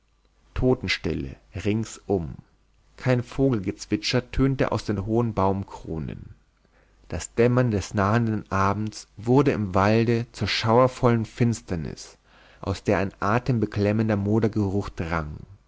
totenstille ringsum kein vogelgezwitscher tönte aus den hohen baumkronen das dämmern des nahenden abends wurde im walde zur schauervollen finsternis aus der ein atembeklemmender modergeruch drang